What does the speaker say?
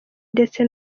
ndetse